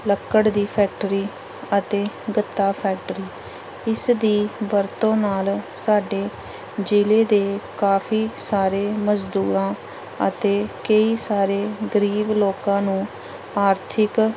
ਲੱਕੜ ਦੀ ਫੈਕਟਰੀ ਅਤੇ ਗੱਤਾ ਫੈਕਟਰੀ ਇਸ ਦੀ ਵਰਤੋਂ ਨਾਲ ਸਾਡੇ ਜ਼ਿਲ੍ਹੇ ਦੇ ਕਾਫ਼ੀ ਸਾਰੇ ਮਜ਼ਦੂਰਾਂ ਅਤੇ ਕਈ ਸਾਰੇ ਗਰੀਬ ਲੋਕਾਂ ਨੂੰ ਆਰਥਿਕ